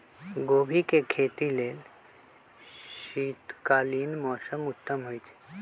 गोभी के खेती लेल शीतकालीन मौसम उत्तम होइ छइ